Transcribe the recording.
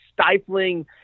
stifling